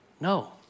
No